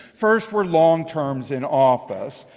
first were long terms in office.